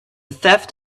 theft